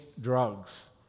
drugs